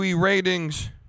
ratings